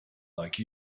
like